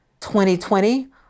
2020